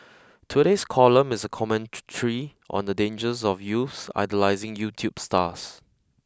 today's column is a commentary on the dangers of youths idolizing YouTube stars